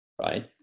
Right